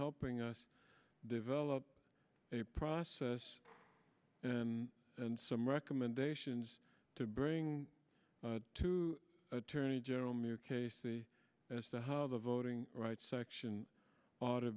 helping us develop a process and and some recommendations to bring to attorney general mere casey as to how the voting rights section oughta